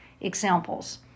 Examples